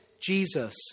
Jesus